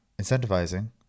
incentivizing